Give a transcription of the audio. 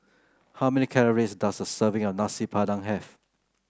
how many calories does a serving of Nasi Padang have